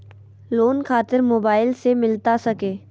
Loan खातिर mobile से मिलता सके?